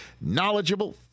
knowledgeable